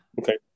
okay